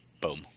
Boom